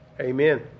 Amen